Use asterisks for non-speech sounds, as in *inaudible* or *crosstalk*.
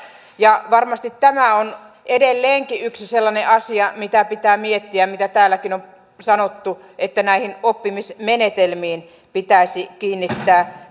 ja varmasti tämä on edelleenkin yksi sellainen asia mitä pitää miettiä mitä täälläkin on sanottu että oppimismenetelmiin pitäisi kiinnittää *unintelligible*